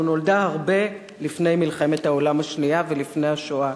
נולדה הרבה לפני מלחמת העולם השנייה ולפני השואה,